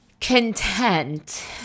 content